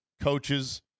coaches